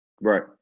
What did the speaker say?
Right